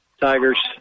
Tigers